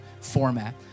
format